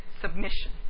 submission